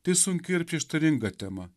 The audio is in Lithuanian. tai sunki ir prieštaringa tema